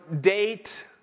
date